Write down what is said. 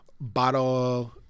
bottle